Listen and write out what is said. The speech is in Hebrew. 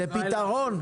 לפתרון?